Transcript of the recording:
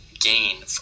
gain